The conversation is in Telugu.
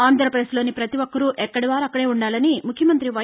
ఆంధ్రప్రదేశ్లోని ప్రతి ఒక్కరు ఎక్కది వారు అక్కదే ఉందాలని ముఖ్యమంతి వై